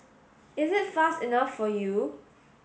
is it fast enough for you